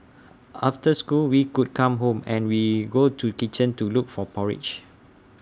after school we could come home and we go to kitchen to look for porridge